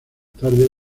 tardes